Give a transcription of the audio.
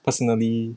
personally